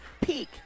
peak